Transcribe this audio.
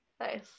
Nice